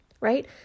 right